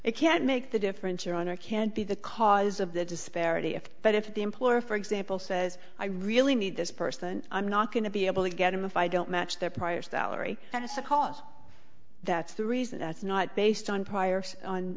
it can't make the difference your honor can't be the cause of the disparity if but if the employer for example says i really need this person i'm not going to be able to get him if i don't match their prior salary and it's a cost that's the reason that's not based on